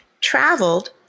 traveled